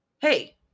hey